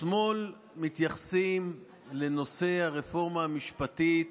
בשמאל מתייחסים לנושא הרפורמה המשפטית